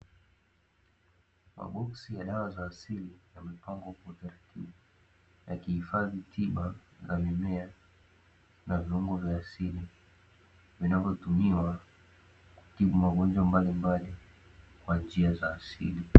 Maboksi ya dawa za asili yamepangwa kwa utaratibu, yakihifadhi tiba na mimea na vyombo vya asili, vinavyotumiwa kutibu magonjwa mbalimbali kwa njia za asili.